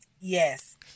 yes